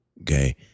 okay